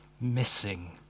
missing